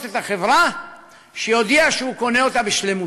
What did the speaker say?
את החברה יודיע שהוא קונה אותה בשלמותה,